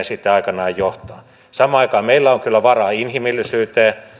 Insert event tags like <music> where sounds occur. <unintelligible> sitten aikanaan johtavat samaan aikaan meillä on kyllä varaa inhimillisyyteen